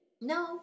No